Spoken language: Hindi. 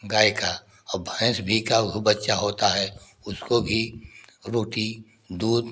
गाय का और भैंस भी का ओहु बच्चा होता है उसको भी रोटी दूध